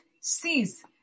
sees